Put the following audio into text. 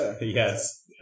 Yes